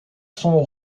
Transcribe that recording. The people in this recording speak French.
son